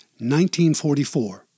1944